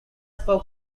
folk